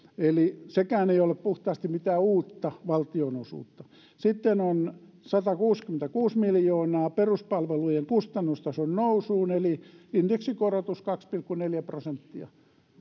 eli sekään ei ole puhtaasti mitään uutta valtionosuutta sitten on satakuusikymmentäkuusi miljoonaa peruspalvelujen kustannustason nousuun eli indeksikorotus kaksi pilkku neljä prosenttia